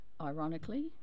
ironically